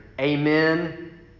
Amen